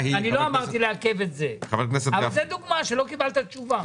אני לא אמרתי לעכב את זה אבל זו דוגמה שלא קיבלת תשובה.